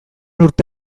urte